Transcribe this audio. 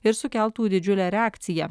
ir sukeltų didžiulę reakciją